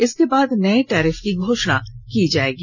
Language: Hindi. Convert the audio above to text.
इसके बाद नए टैरिफ की घोषणा की जाएगी